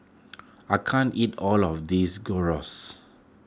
I can't eat all of this Gyros